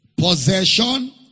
possession